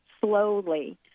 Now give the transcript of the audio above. slowly